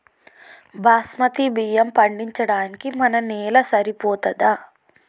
బాస్మతి బియ్యం పండించడానికి మన నేల సరిపోతదా?